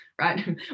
right